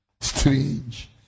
Strange